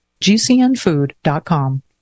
GCNfood.com